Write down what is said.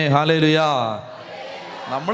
Hallelujah